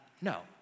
no